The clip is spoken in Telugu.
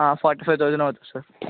ఫార్టీ ఫైవ్ తౌసండ్ అవుతుంది సార్